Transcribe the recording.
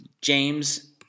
james